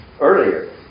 earlier